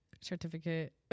certificate